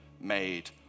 made